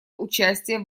участие